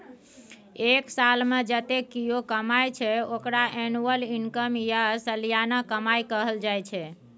एक सालमे जतेक केओ कमाइ छै ओकरा एनुअल इनकम या सलियाना कमाई कहल जाइ छै